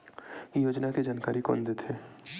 योजना के जानकारी कोन दे थे?